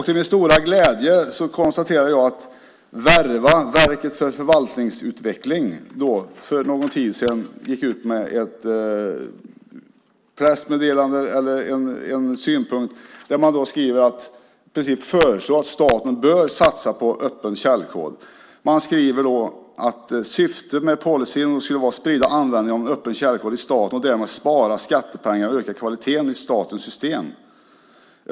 Till min stora glädje konstaterar jag att Verva, Verket för förvaltningsutveckling, för någon tid sedan gick ut med en synpunkt där man i princip föreslår att staten bör satsa på öppen källkod. Man skriver att "syftet med policyn är att sprida användningen av öppen källkod i staten och därmed spara skattepengar och öka kvaliteten i statens system.